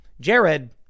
Jared